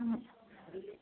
হয়